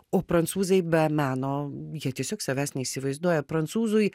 o prancūzai be meno jie tiesiog savęs neįsivaizduoja prancūzui